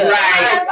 right